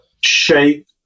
shape